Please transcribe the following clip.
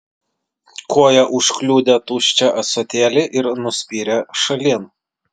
koja užkliudė tuščią ąsotėlį ir nuspyrė šalin